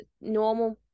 normal